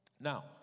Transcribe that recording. Now